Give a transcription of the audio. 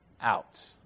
out